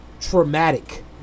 traumatic